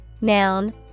Noun